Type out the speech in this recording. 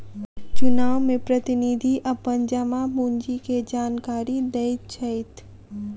चुनाव में प्रतिनिधि अपन जमा पूंजी के जानकारी दैत छैथ